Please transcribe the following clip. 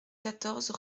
quatorze